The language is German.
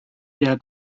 der